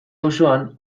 auzoan